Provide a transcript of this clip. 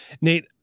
Nate